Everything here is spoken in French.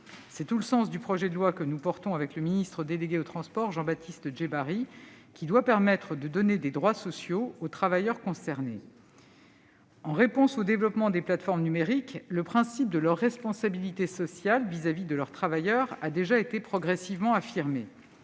C'est tout le sens du projet de loi que Jean-Baptiste Djebbari, ministre délégué aux transports, et moi-même portons. Ce texte doit permettre de donner des droits sociaux aux travailleurs concernés. En réponse au développement des plateformes numériques, le principe de leur responsabilité sociale à l'égard de leurs travailleurs a déjà été progressivement affirmé.